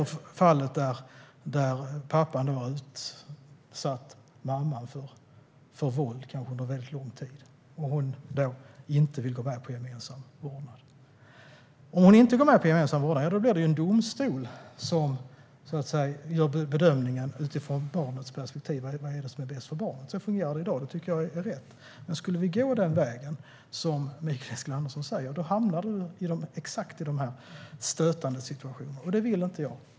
Ett annat fall är om pappan har utsatt mamman för våld, kanske under lång tid, och hon då inte vill gå med på gemensam vårdnad. Om hon inte går med på gemensam vårdnad blir det en domstol som gör bedömningen utifrån barnets perspektiv, vad som är bäst för barnet. Så fungerar det i dag, och det tycker jag är riktigt. Men skulle vi gå den väg som Mikael Eskilandersson vill blir det exakt dessa stötande situationer, och det vill inte jag.